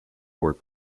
board